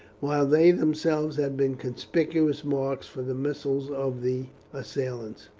while they themselves had been conspicuous marks for the missiles of the assailants.